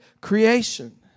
creation